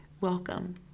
welcome